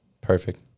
Perfect